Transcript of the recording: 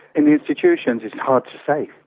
in the institutions? it's hard to say.